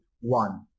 one